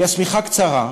כי השמיכה קצרה,